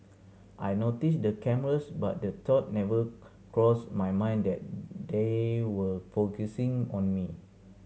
I noticed the cameras but the thought never crossed my mind that they were focusing on me